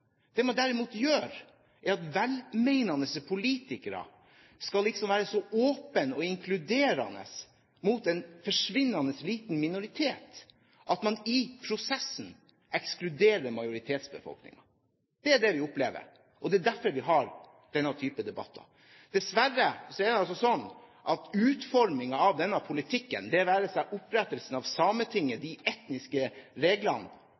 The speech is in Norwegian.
Det man derimot gjør, er at velmenende politikere er så åpne og inkluderende overfor en forsvinnende liten minoritet at man i prosessen ekskluderer majoritetsbefolkningen. Det er det vi opplever, og derfor har vi denne type debatter. Dessverre er det altså slik at utformingen av denne politikken, det være seg opprettelsen av Sametinget, de etniske reglene